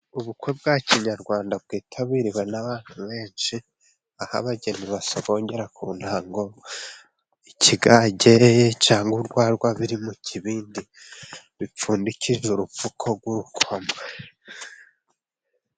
Ubukwe bwa kinyarwanda bwitabiriwe n'abantu benshi, aho abageni basogongera ku ntango: ikigage cyangwa urwarwa biri mu kibindi, bipfundikije urupfuko rw'urukoma.